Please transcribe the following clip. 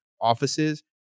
offices